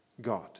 God